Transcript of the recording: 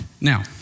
Now